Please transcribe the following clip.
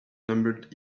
numbered